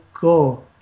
go